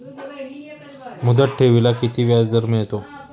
मुदत ठेवीला किती व्याजदर मिळतो?